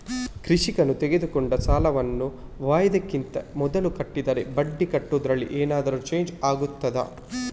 ಕೃಷಿಕನು ತೆಗೆದುಕೊಂಡ ಸಾಲವನ್ನು ವಾಯಿದೆಗಿಂತ ಮೊದಲೇ ಕಟ್ಟಿದರೆ ಬಡ್ಡಿ ಕಟ್ಟುವುದರಲ್ಲಿ ಏನಾದರೂ ಚೇಂಜ್ ಆಗ್ತದಾ?